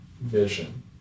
vision